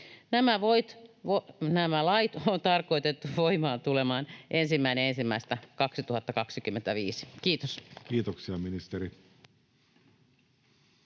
Nämä lait on tarkoitettu tulemaan voimaan 1.1.2025. — Kiitos. Kiitoksia, ministeri.